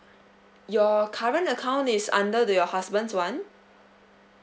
your current account is under the your husband's one